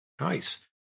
Nice